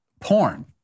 porn